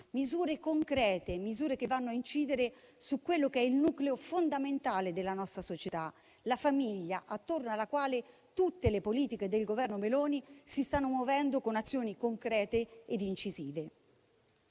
misure concrete, che vanno a incidere su quello che è il nucleo fondamentale della nostra società, la famiglia, attorno alla quale tutte le politiche del Governo Meloni si stanno muovendo con azioni concrete ed incisive.